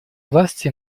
власти